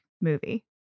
movie